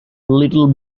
little